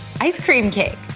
ice cream cake?